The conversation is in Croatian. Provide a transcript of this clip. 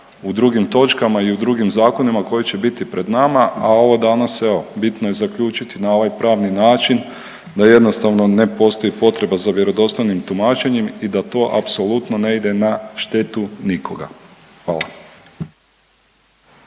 u drugim točkama i u drugim zakonima koji će biti pred nama, a ovo danas, evo, bitno je zaključiti na ovaj pravni način da jednostavno ne postoji potreba za vjerodostojnim tumačenjem i da to apsolutno ne ide na štetu nikoga. Hvala.